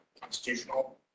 constitutional